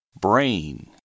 Brain